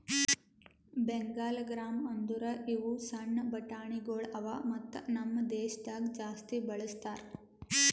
Bengal gram ಅಂದುರ್ ಇವು ಸಣ್ಣ ಬಟಾಣಿಗೊಳ್ ಅವಾ ಮತ್ತ ನಮ್ ದೇಶದಾಗ್ ಜಾಸ್ತಿ ಬಳ್ಸತಾರ್